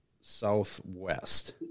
southwest